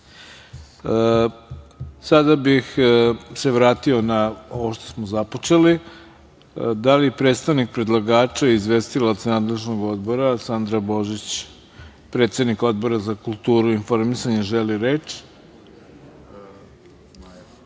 bih se vratio na ovo što smo započeli. Da li predstavnik predlagača i izvestilac nadležnog Odbora, Sandra Božić predsednik Odbora za kulturu i informisanje želi reč?U